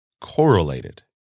Correlated